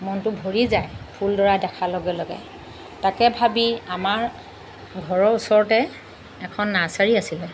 মনটো ভৰি যায় ফুলডৰা দেখাৰ লগে লগে তাকে ভাবি আমাৰ ঘৰৰ ওচৰতে এখন নাৰ্ছাৰি আছিলে